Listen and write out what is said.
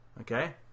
Okay